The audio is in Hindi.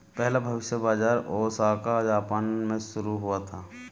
पहला भविष्य बाज़ार ओसाका जापान में शुरू हुआ था